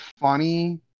funny